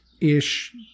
ish